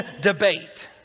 debate